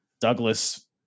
Douglas